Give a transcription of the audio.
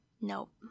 Nope